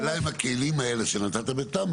השאלה היא אם הכלים האלה שנתת בתמ"א,